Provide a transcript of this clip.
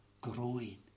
growing